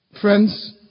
Friends